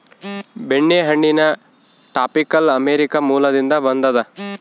ಬೆಣ್ಣೆಹಣ್ಣಿನ tropical America ಮೂಲದಿಂದ ಬಂದದ